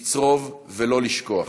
לצרוב ולא לשכוח.